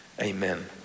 Amen